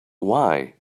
why